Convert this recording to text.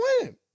win